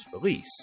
release